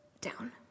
down